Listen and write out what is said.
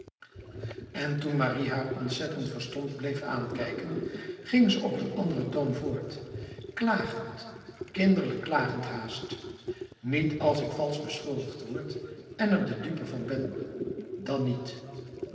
en toen marie haar ontzet en verstomd bleef aankijken ging ze op een andere toon voort klagend kinderlijk klagend haast niet als ik vals beschuldigd word en er de dupe van ben dan niet